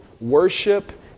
worship